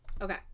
Okay